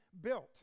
built